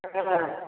एकर बाद